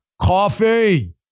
coffee